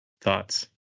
thoughts